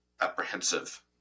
apprehensive